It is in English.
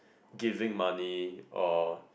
giving money or